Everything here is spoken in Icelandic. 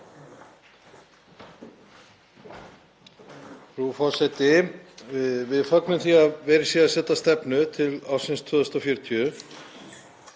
Frú forseti. Við fögnum því að verið sé að setja stefnu til ársins 2040,